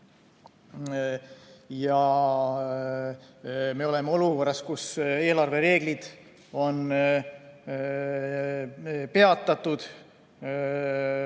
Me oleme olukorras, kus eelarvereeglid on peatatud.